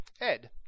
ed